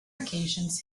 occasions